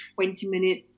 20-minute